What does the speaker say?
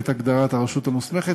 יושב-ראש ועדת החוץ